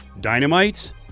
Dynamite